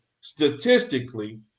statistically